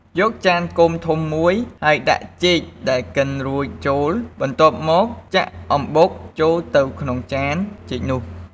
យកចានគោមធំមួយ ហើយដាក់ចេកដែលកិនរួចចូល បន្ទាប់មក ចាក់អំបុកចូលទៅក្នុងចានចេកនោះ។